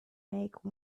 make